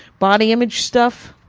body image stuff.